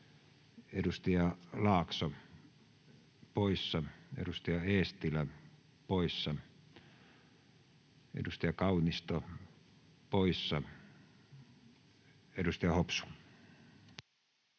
edustaja Laakso poissa, edustaja Eestilä poissa, edustaja Kaunisto poissa. — Edustaja Hopsu.